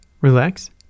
relax